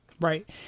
Right